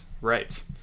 right